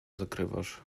zakrawasz